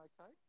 okay